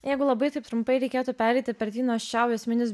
jeigu labai taip trumpai reikėtų pereiti per tinos čiau esminius